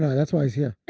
that's why he's yeah